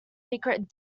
secret